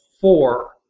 four